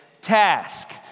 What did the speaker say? task